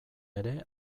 ere